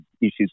issues